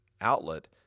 outlet